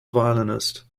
violinist